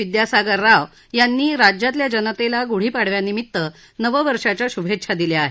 विद्यासागर राव यांनी राज्यातल्या जनतेला गुढी पाडव्यानिमित्त नववर्षाच्या शुभेच्छा दिल्या आहेत